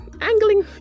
angling